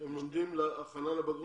הם לומדים הכנה לבגרות.